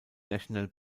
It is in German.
national